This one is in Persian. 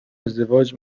ازدواج